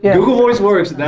yeah google voice works.